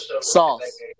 Sauce